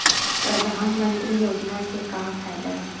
परधानमंतरी योजना से का फ़ायदा हे?